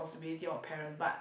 ~ponsibility of parents but